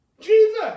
Jesus